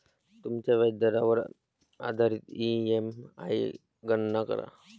तुमच्या व्याजदरावर आधारित ई.एम.आई गणना करा